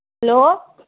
hello